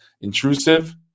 intrusive